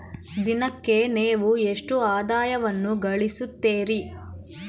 ದಿನಕ್ಕೆ ನೇವು ಎಷ್ಟು ಆದಾಯವನ್ನು ಗಳಿಸುತ್ತೇರಿ?